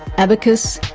abacus,